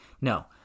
No